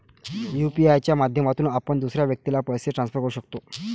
UPI च्या माध्यमातून आपण दुसऱ्या व्यक्तीला पैसे ट्रान्सफर करू शकतो